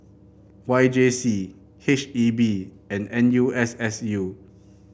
Y J C H E B and N U S S U